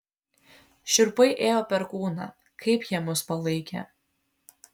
šiurpai ėjo per kūną kaip jie mus palaikė